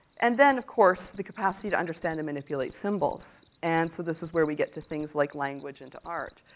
and then, of course, the capacity to understand and manipulate symbols. and, so, this is where we get to things like language and to art.